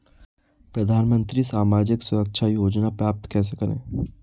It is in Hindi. प्रधानमंत्री सामाजिक सुरक्षा योजना प्राप्त कैसे करें?